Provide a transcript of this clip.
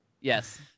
Yes